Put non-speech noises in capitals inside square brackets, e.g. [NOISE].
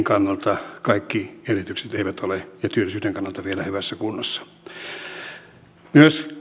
[UNINTELLIGIBLE] kannalta kaikki edellytykset eivät ole vielä hyvässä kunnossa myös